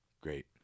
Great